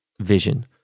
vision